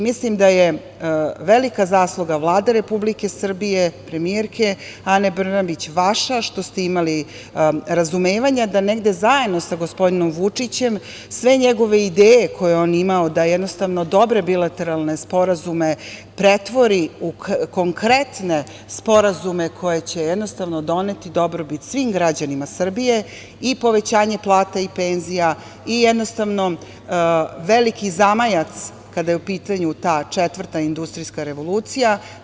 Mislim da je velika zasluga Vlade Republike Srbije, premijerke Ane Brnabić, vaša što ste imali razumevanja, da negde zajedno sa gospodinom Vučićem, sve njegove ideje koje je on imao, da jednostavno dobre bilateralne sporazume pretvori u konkretne sporazume, koji će doneti dobrobit svim građanima Srbije i povećanje plata i penzija i veliki zamajac, kada je u pitanju ta četvrta industrijska revolucija.